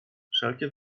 wszelkie